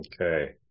Okay